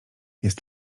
jest